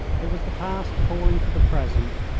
it was the past calling to the present.